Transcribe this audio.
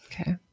Okay